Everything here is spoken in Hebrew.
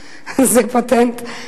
פטנטים.